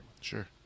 Sure